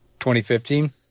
2015